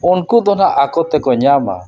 ᱩᱱᱠᱩ ᱫᱚ ᱱᱟᱦᱟᱜ ᱟᱠᱚ ᱛᱮᱠᱚ ᱧᱟᱢᱟ